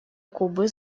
кубы